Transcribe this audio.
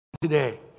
today